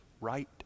right